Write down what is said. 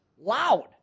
loud